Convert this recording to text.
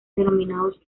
denominados